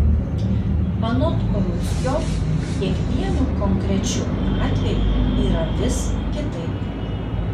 anot rudzkio kiekvienu konkrečiu atveju yra vis kitaip